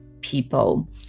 people